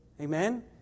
Amen